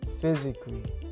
physically